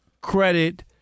credit